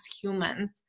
humans